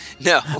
No